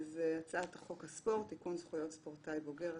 "הצעת חוק הספורט (תיקון - זכויות ספורטאי בוגר),